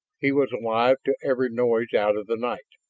he was alive to every noise out of the night,